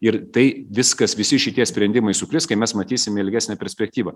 ir tai viskas visi šitie sprendimai sukris kai mes matysim ilgesnę perspektyvą